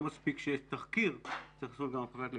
לא מספיק שיש תחקיר אלא צריכה להיות גם הפקת לקחים.